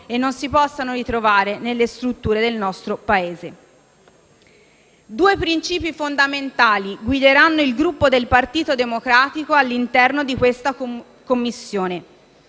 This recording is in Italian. e non si possano replicare nelle strutture del nostro Paese. Due principi fondamentali guideranno il Gruppo del Partito Democratico all'interno di questa Commissione